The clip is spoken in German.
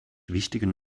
wichtigen